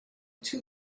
two